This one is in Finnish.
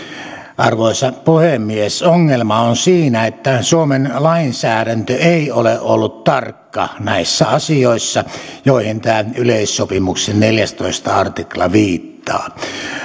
arvoisa puhemies ongelma on siinä että suomen lainsäädäntö ei ole ollut tarkka näissä asioissa joihin tämä yleissopimuksen neljästoista artikla viittaa